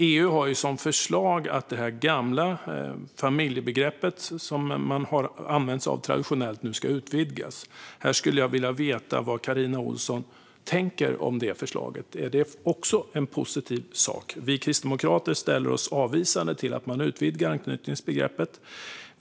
EU har ju som förslag att det gamla familjebegreppet som man traditionellt har använt sig av nu ska utvidgas. Jag skulle vilja veta vad Carina Ohlsson tänker om det förslaget. Är det också en positiv sak? Vi kristdemokrater ställer oss avvisande till att man utvidgar anknytningsbegreppet.